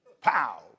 pow